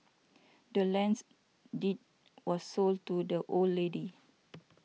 the land's deed was sold to the old lady